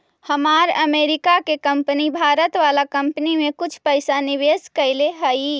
हमार अमरीका के कंपनी भारत वाला कंपनी में कुछ पइसा निवेश कैले हइ